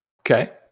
Okay